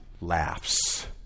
laughs